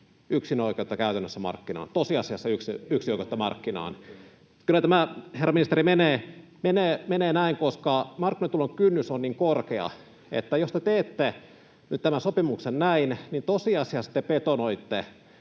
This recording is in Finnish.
yksinoikeutta markkinaan. [Timo Harakka: Ei ole yksinoikeus!] — Kyllä tämä, herra ministeri, menee näin, koska markkinoille tulon kynnys on niin korkea, että jos te teette nyt tämän sopimuksen näin, niin tosiasiassa te betonoitte